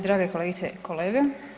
Drage kolegice i kolege.